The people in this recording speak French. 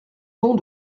pont